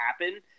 happen